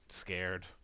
scared